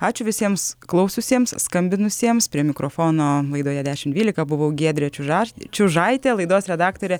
ačiū visiems klaususiems skambinusiems prie mikrofono laidoje dešimt dvylika buvau giedrė čiužaš čiužaitė laidos redaktorė